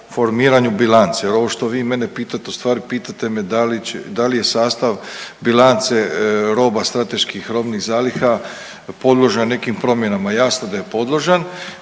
formiranju bilance jer ovo što vi mene pitate ustvari pitate me da li je sastav bilance roba strateških robnih zaliha podložan nekim promjenama. Jasno da je podložan.